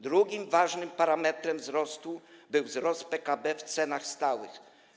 Drugim ważnym parametrem wzrostu był wzrost PKB w cenach stałych.